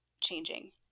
changing